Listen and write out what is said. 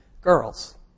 girls